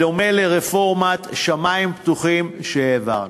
בדומה לרפורמת שמים פתוחים שהעברנו.